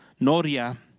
noria